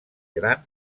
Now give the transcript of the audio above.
gran